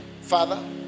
father